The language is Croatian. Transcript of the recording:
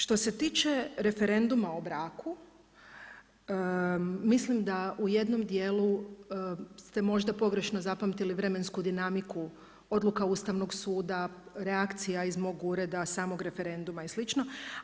Što se tiče referenduma o braku, mislim da u jednom dijelu ste možda pogrešno zapamtili vremensku dinamiku odluka Ustavnog suda, reakcija iz mog ureda, samog referenduma i slično.